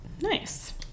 Nice